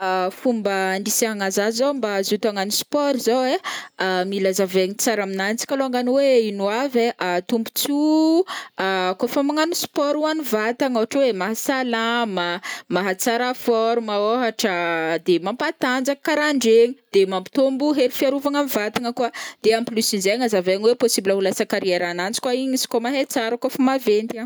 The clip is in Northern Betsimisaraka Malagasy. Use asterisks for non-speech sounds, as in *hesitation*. Fomba andrisihagna zaza o mba hazoto hagnano sport zao ai, *hesitation* mila azavaigny tsara aminanjy kalongany oe ino avy ein tombotsoa *hesitation* kô famagnano sport ho ani vatagna ôhatra oe mahasalama, mahatsara forme ôhatra, de mampatanjaka karandregny de mampitômbo hery fiarovana ami vatagna koa, de en plus nizegny azavaigna oe possible ho lasa carrièregnanjy koa igny izy koa mahay tsara kô fa maventy agny.